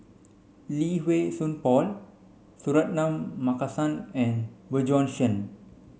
Lee Wei Song Paul Suratman Markasan and Bjorn Shen